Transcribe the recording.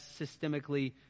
systemically